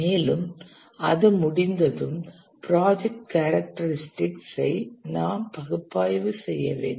மேலும் அது முடிந்ததும் ப்ராஜெக்ட் கேரக்டரிஸ்டிக்ஸ் ஐ நாம் பகுப்பாய்வு செய்ய வேண்டும்